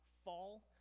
fall